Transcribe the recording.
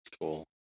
Cool